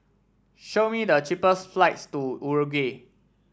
show me the cheapest flights to Uruguay